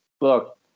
Look